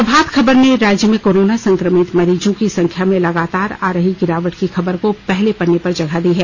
प्रभात खबर ने राज्य में कोरोना संक्रमित मरीजों की संख्या में लगातार आ रही गिरावट की खबर को पहले पन्ने पर जगह दी है